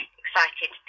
excited